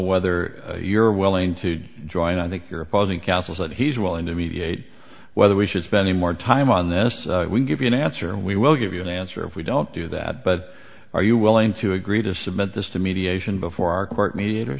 whether you're willing to join i think your opposing counsel said he's willing to mediate whether we should spend more time on this we give you an answer and we will give you an answer if we don't do that but are you willing to agree to submit this to mediation before our court m